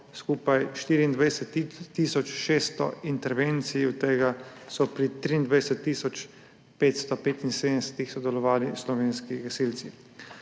skupaj 24 tisoč 600 intervencij, od tega so pri 23 tisoč 575 sodelovali slovenski gasilci.